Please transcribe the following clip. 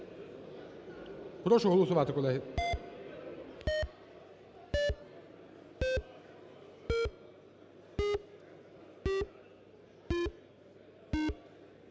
Прошу голосувати, колеги.